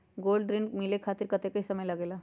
Gold ऋण मिले खातीर कतेइक समय लगेला?